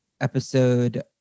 episode